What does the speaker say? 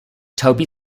toby